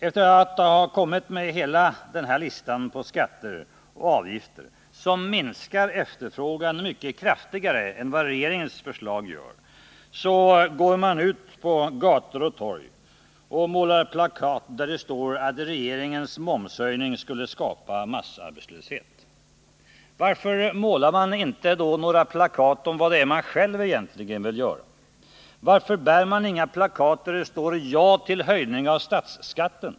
Efter att ha kommit med hela denna lista på skatter och avgifter som minskar efterfrågan mycket kraftigare än vad regeringens förslag gör, går socialdemokraterna ut på gator och torg och målar plakat där det står att regeringens momshöjning skulle skapa massarbetslöshet. Varför målar man inte några plakat om vad socialdemokraterna själva vill göra? Varför bär man inte några plakat där det står: Ja till höjningar av statsskatten?